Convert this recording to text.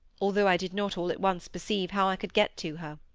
although i did not all at once perceive how i could get to her.